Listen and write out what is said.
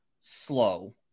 slow